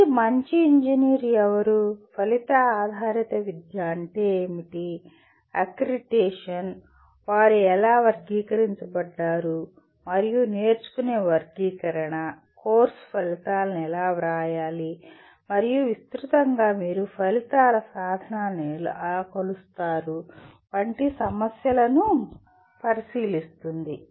ఇది మంచి ఇంజనీర్ ఎవరు ఫలిత ఆధారిత విద్య అంటే ఏమిటి అక్రిడిటేషన్ వారు ఎలా వర్గీకరించబడ్డారు మరియు నేర్చుకునే వర్గీకరణ కోర్సు ఫలితాలను ఎలా వ్రాయాలి మరియు విస్తృతంగా మీరు ఫలితాల సాధనను ఎలా కొలుస్తారు వంటి సమస్యలను పరిశీలిస్తుంది